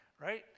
right